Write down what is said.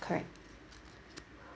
correct